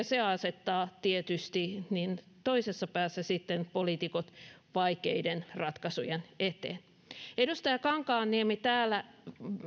se asettaa tietysti toisessa päässä sitten poliitikot vaikeiden ratkaisujen eteen edustaja kankaanniemi täällä